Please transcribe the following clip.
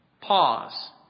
pause